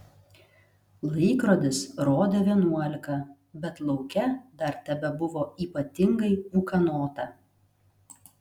laikrodis rodė vienuolika bet lauke dar tebebuvo ypatingai ūkanota